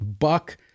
buck